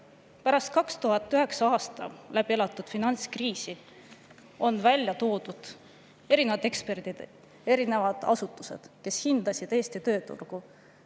Pärast 2009. aastat läbi elatud finantskriisi on erinevad eksperdid, erinevad asutused, kes on hinnanud Eesti tööturgu,